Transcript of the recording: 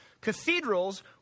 Cathedrals